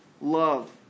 love